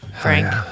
Frank